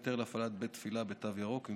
היתר להפעלת בית תפילה בתו ירוק עם